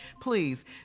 Please